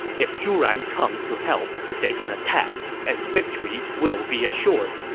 if zhu ran comes to help, they can attack, and victory will be assured.